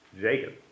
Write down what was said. Jacob